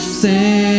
say